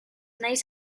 naiz